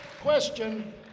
question